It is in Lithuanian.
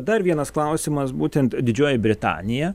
dar vienas klausimas būtent didžioji britanija